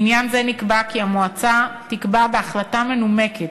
לעניין זה נקבע כי המועצה תקבע, בהחלטה מנומקת,